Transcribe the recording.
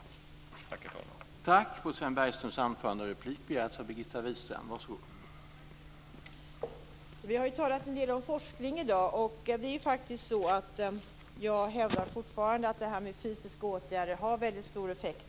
Tack, herr talman!